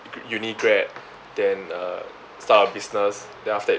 uni grad then uh start a business then after that